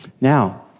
Now